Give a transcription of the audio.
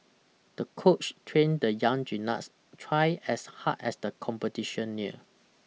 the coach trained the young gymnast twice as hard as the competition neared